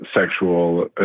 sexual